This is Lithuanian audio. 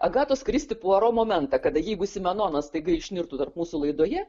agatos kristi puaro momentą kada jeigu simenonas staiga išnirtų tarp mūsų laidoje